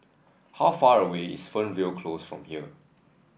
how far away is Fernvale Close from here